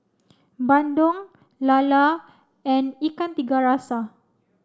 Bandung Lala and Ikan Tiga Rasa